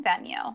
venue